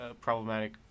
problematic